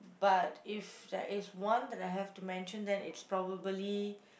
but if there is one that I have to mention then it's probably